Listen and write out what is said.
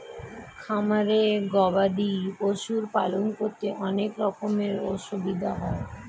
খামারে গবাদি পশুর পালন করতে অনেক রকমের অসুবিধা হয়